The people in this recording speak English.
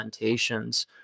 implementations